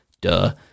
duh